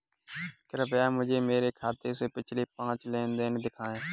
कृपया मुझे मेरे खाते से पिछले पाँच लेन देन दिखाएं